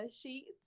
sheets